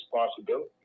responsibility